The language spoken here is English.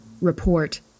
report